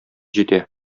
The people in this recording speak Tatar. җитә